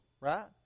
right